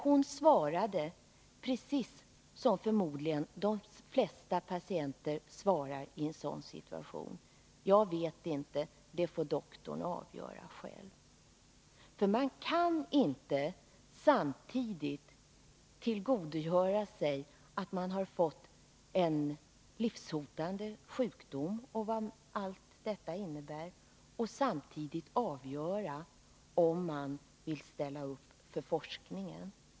Hon svarade precis som de flesta patienter förmodligen svarar i en sådan situation: Jag vet inte. Det får doktorn avgöra själv. Man kan inte tillgodogöra sig information om att man har fått en livshotande sjukdom, med allt vad detta innebär, och samtidigt avgöra om man vill ställa upp för forskningen.